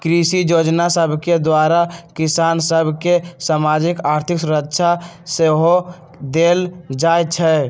कृषि जोजना सभके द्वारा किसान सभ के सामाजिक, आर्थिक सुरक्षा सेहो देल जाइ छइ